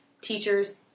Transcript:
teachers